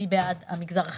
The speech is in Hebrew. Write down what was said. אני בעד המגזר החרדי,